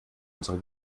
unsere